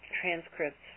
transcripts